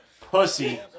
Pussy